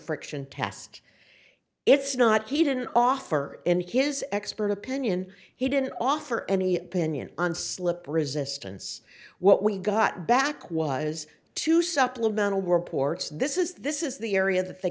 friction test it's not he didn't offer any of his expert opinion he didn't offer any opinion on slip resistance what we got back was two supplemental reports this is this is the area that they